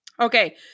Okay